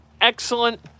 Excellent